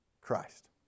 Christ